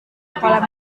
kolam